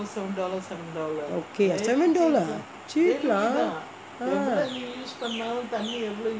okay seven dollar cheap தான்:thaan